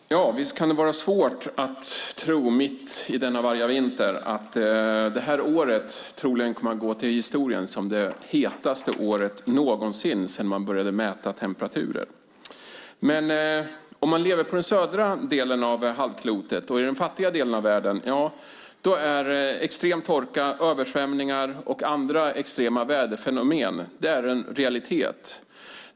Fru talman! Visst kan det vara svårt att mitt i denna vargavinter tro att det här året troligen kommer att gå till historien som det hetaste året någonsin sedan man började mäta temperaturer. Om man lever på den södra delen av halvklotet och i den fattiga delen av världen är dock extrem torka, översvämningar och andra extrema väderfenomen en realitet.